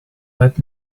let